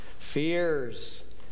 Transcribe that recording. fears